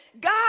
God